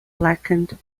blackened